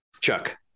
Chuck